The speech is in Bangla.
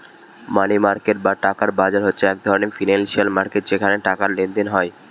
মানি মার্কেট বা টাকার বাজার হচ্ছে এক ধরণের ফিনান্সিয়াল মার্কেট যেখানে টাকার লেনদেন হয়